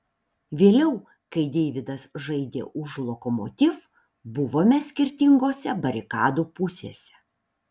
vėliau kai deividas žaidė už lokomotiv buvome skirtingose barikadų pusėse